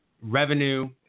Revenue